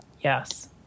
Yes